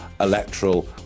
electoral